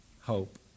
hope